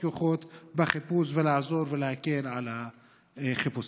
כוחות בחיפוש ולעזור ולהקל על החיפושים.